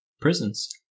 prisons